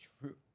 true